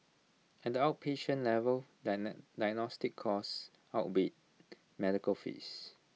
at the outpatient level diagnostic costs outweighed medical fees